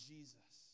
Jesus